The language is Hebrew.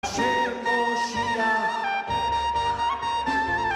ה' הושיע המלך יעננו